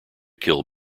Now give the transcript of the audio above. kill